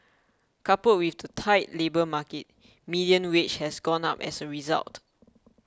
coupled with the tight labour market median wage has gone up as a result